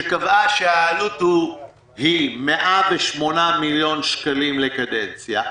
שקבע שהעלות היא 180 מיליון שקלים לקדנציה,